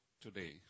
today